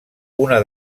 una